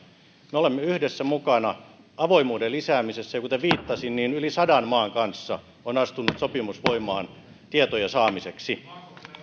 me olemme yhdessä mukana avoimuuden lisäämisessä ja kuten viittasin yli sadan maan kanssa on astunut sopimus voimaan tietojen saamiseksi